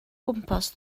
gwmpas